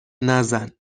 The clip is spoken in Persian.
نزن